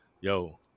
yo